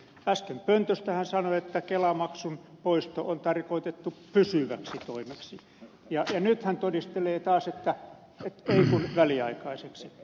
äsken pöntöstä hän sanoi että kelamaksun poisto on tarkoitettu pysyväksi toimeksi ja nyt hän todistelee taas että ei kun väliaikaiseksi